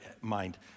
mind